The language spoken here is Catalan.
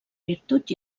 virtut